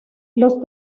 los